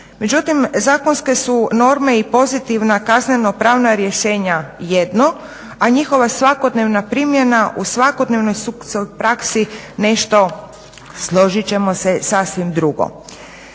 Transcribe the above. Međutim, zakonske su norme i pozitivna kazneno-pravna rješenja jedno, a njihova svakodnevna primjena u svakodnevnoj praksi nešto složit ćemo se sasvim drugo.